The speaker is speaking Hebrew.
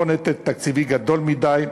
לא נטל תקציבי גדול מדי,